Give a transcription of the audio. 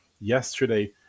yesterday